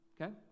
okay